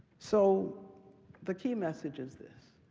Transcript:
so the key message is this.